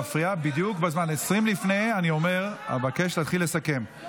להפריע לפני הזמן, ולא בפעם הראשונה.